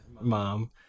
Mom